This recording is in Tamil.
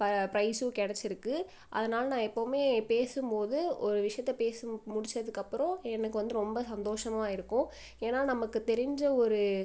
ப ப்ரைஸும் கிடச்சிருக்கு அதனால் நான் எப்போவுமே பேசும் போது ஒரு விஷயத்த பேசி முடிச்சதுக்கப்புறம் எனக்கு வந்து ரொம்ப சந்தோசமாக இருக்கும் ஏன்னா நமக்கு தெரிஞ்ச ஒரு